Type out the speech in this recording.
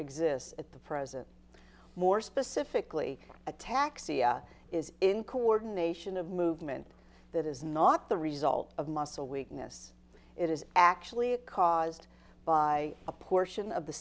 exists at the present more specifically attacks is in coordination of movement that is not the result of muscle weakness it is actually caused by a portion of the